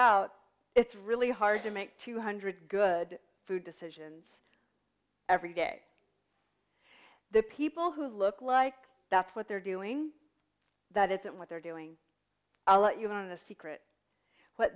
out it's really hard to make two hundred good food decisions every day the people who look like that's what they're doing that isn't what they're doing a lot you know the secret what